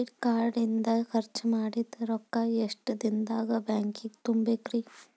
Credit card ಇಂದ್ ಖರ್ಚ್ ಮಾಡಿದ್ ರೊಕ್ಕಾ ಎಷ್ಟ ದಿನದಾಗ್ ಬ್ಯಾಂಕಿಗೆ ತುಂಬೇಕ್ರಿ?